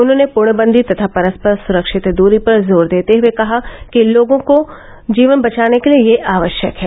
उन्होंने पूर्णबंदी तथा परस्पर सुरक्षित दूरी पर जोर देते हए कहा कि लोगों का जीवन बचाने के लिए यह आवश्यक है